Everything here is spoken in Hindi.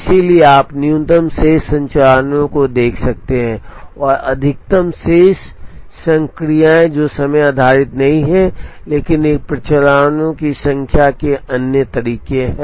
इसलिए आप न्यूनतम शेष संचालनों को देख सकते हैं और अधिकतम शेष संक्रियाएं जो समय आधारित नहीं हैं लेकिन ये प्रचालनों की संख्या के अन्य तरीके हैं